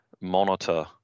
monitor